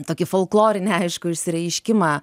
tokį folklorinį aišku išsireiškimą